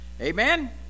Amen